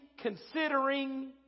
considering